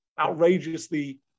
outrageously